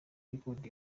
records